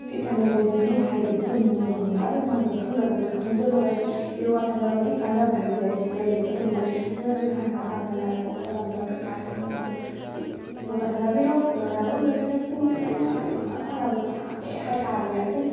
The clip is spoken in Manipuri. ꯐꯤꯠ ꯑꯣꯏꯅ ꯂꯩꯕꯤꯌꯨ ꯍꯥꯏꯁꯦ ꯆꯨꯝꯃꯦꯕ ꯈꯪꯕ꯭ꯔꯥ ꯑꯗꯨꯅ ꯈꯪꯕ꯭ꯔꯥ ꯈꯪꯗꯕꯈꯩꯁꯨ ꯈꯪꯖꯤꯜꯂꯣꯕ ꯍꯥꯏꯗꯤ ꯌꯣꯒꯥ ꯁꯥꯟꯅꯕꯒꯤ ꯀꯥꯟꯅꯕ ꯍꯥꯏꯁꯦ ꯁꯤ ꯂꯩꯔꯦꯕ ꯑꯗꯨꯅꯅꯦ ꯅꯣꯏꯁꯨ ꯍꯥꯟꯅ ꯍꯛꯆꯥꯡꯗ ꯅꯥꯔꯝꯕ ꯈꯣꯠꯂꯝꯕ ꯀꯩꯀꯥ ꯂꯩꯔꯝꯕ ꯃꯌꯥꯝꯗꯣ ꯍꯥꯏꯗꯤ ꯌꯣꯒꯥ ꯁꯥꯟꯅꯕꯤꯔꯣ ꯌꯣꯒꯥꯥ ꯁꯥꯟꯅꯕ ꯃꯇꯝꯗ ꯅꯣꯏꯅ ꯄꯨꯡꯁꯦ ꯃꯔꯤ ꯃꯉꯥ ꯃꯔꯤ ꯃꯉꯥ ꯁꯥꯟꯅꯕꯗ ꯁꯥꯡꯉꯦ ꯍꯥꯏ ꯇꯥꯔꯗꯤꯅꯦ ꯄꯨꯡ